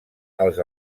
els